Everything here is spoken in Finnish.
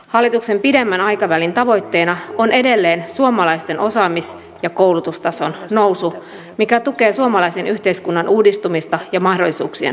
hallituksen pidemmän aikavälin tavoitteena on edelleen suomalaisten osaamis ja koulutustason nousu mikä tukee suomalaisen yhteiskunnan uudistumista ja mahdollisuuksien tasa arvoa